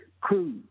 crew